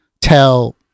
tell